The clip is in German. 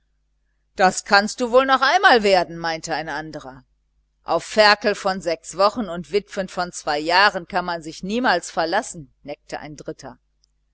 das kannst du wohl noch einmal werden meinte ein andrer auf ferkel von sechs wochen und witwen von zwei jahren kann man sich niemals verlassen neckte ein dritter